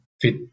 fit